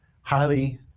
highly